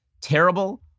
terrible